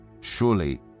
surely